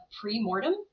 pre-mortem